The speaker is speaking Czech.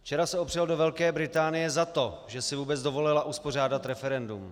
Včera se opřel do Velké Británie za to, že si vůbec dovolila uspořádat referendum.